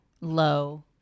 low